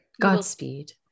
Godspeed